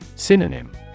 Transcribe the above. Synonym